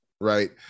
Right